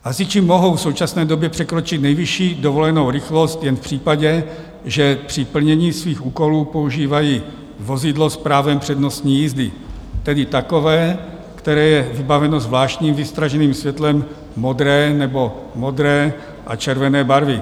Hasiči mohou v současné době překročit nejvyšší dovolenou rychlost jen v případě, že při plnění svých úkolů používají vozidlo s právem přednostní jízdy, tedy takové, které je vybaveno zvláštním výstražným světlem modré nebo modré a červené barvy.